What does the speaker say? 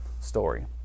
story